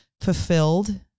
fulfilled